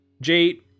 Jade